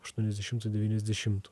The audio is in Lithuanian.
aštuoniasdešimtų devyniasdešimtų